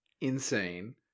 insane